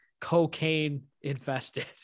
cocaine-infested